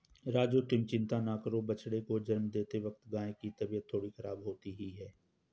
राजू तुम चिंता ना करो बछड़े को जन्म देते वक्त गाय की तबीयत थोड़ी खराब होती ही है